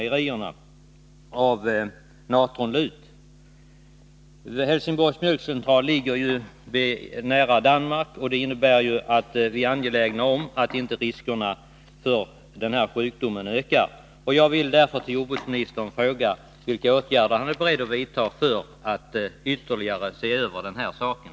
Helsingborgs mjölkcentral ligger ju nära Danmark. Vi är därför angelägna om att riskerna för sjukdomen inte skall öka. Jag vill fråga jordbruksministern vilka åtgärder han är beredd att vidta för att ytterligare försäkra sig om det.